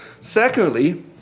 Secondly